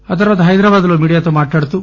ఆ తర్వాత హైదరాబాద్ లో మీడియాతో మాట్లాడుతూ